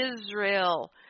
Israel